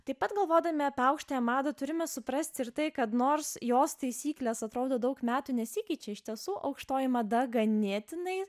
taip pat galvodami apie aukštąją madą turime suprasti ir tai kad nors jos taisyklės atrodo daug metų nesikeičia iš tiesų aukštoji mada ganėtinai